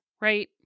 right